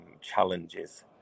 challenges